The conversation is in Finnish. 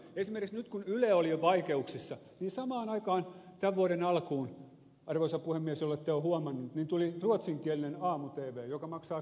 esimerkiksi nyt kun yle oli vaikeuksissa niin samaan aikaan tämän vuoden alkuun arvoisa puhemies jollette ole huomannut tuli ruotsinkielinen aamu tv joka maksaa kymmeniä miljoonia